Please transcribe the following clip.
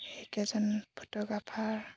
সেইকেইজন photographer